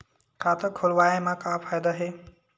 खाता खोलवाए मा का फायदा हे